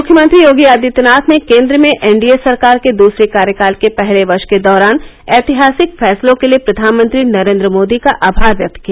मुख्यमंत्री योगी आदित्यनाथ ने केंद्र में एनडीए सरकार के दूसरे कार्यकाल के पहले वर्ष के दौरान ऐतिहासिक फैसलों के लिए प्रधानमंत्री नरेंद्र मोदी का आभार व्यक्त किया